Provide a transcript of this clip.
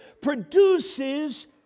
produces